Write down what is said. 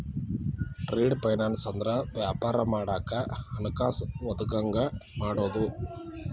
trade finance ಅಂದ್ರ ವ್ಯಾಪಾರ ಮಾಡಾಕ ಹಣಕಾಸ ಒದಗಂಗ ಮಾಡುದು